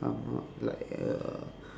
I'm not like a